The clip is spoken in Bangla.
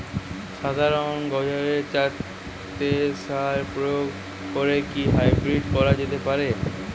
সাধারণ গাজরের চারাতে সার প্রয়োগ করে কি হাইব্রীড করা যেতে পারে?